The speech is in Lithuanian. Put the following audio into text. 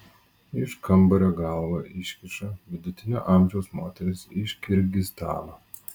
iš kambario galvą iškiša vidutinio amžiaus moteris iš kirgizstano